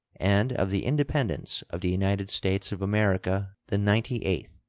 and of the independence of the united states of america the ninety-eighth.